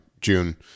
June